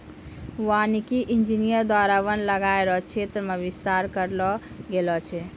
वानिकी इंजीनियर द्वारा वन लगाय रो क्षेत्र मे बिस्तार करलो गेलो छै